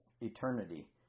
eternity